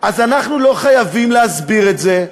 אז אנחנו לא חייבים להסביר את זה,